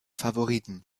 favoriten